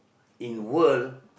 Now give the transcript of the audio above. in world